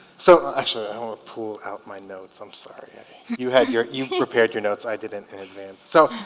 so actually i don't pull out my notes i'm sorry you had your you prepared your notes i did in advance so